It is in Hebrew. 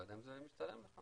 לא יודע אם זה משתלם לך.